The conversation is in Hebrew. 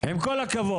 עם כל הכבוד.